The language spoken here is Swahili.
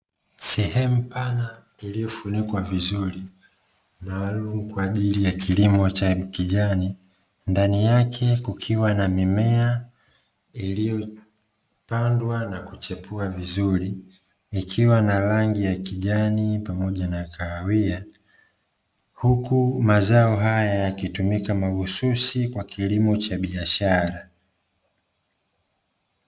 Sehemu pana iliyofunikwa vizuri, maalumu kwa ajili ya kilimo cha kijani, ndani yake kukiwa na mimea iliyopandwa na kuchipua vizuri, ikiwa na rangi ya kijani pamoja na kahawia. Huku mazao haya yakitumika mahususi kwa kilimo cha biashara.